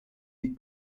die